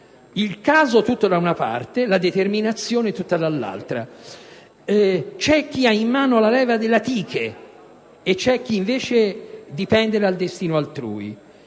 il caso tutto da una parte e la determinazione tutta dall'altra. C'è chi ha in mano la leva della dea Tyche e chi, invece, dipende dal destino altrui.